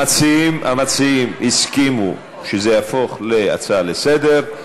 המציעים הסכימו שזה יהפוך להצעה לסדר-היום.